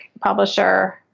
publisher